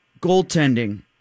goaltending